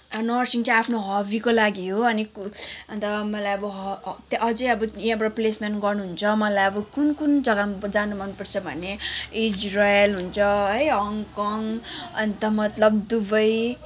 nursing चाहिँ आफ्नो हबीको लागि हो अनि अन्त मलाई अब त्यो अझै यहाँबाट प्लेसमेन्ट गर्नुहुन्छ मलाई अब कुन कुन जग्गामा जानु मनपर्छ भने इजराइल हुन्छ है हङकङ अन्त मतलब दुबई